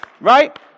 right